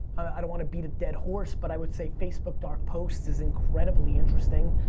i don't wanna beat dead horse but i would say facebook dark post is incredibly interesting.